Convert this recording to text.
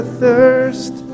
thirst